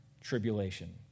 tribulation